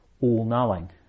all-knowing